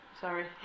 sorry